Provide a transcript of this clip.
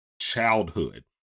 childhood